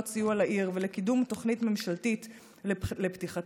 סיוע לעיר ובקידום תוכנית ממשלתית לפתיחתה,